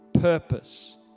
purpose